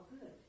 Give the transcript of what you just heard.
good